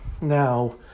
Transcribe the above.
Now